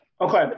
Okay